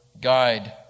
guide